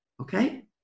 Okay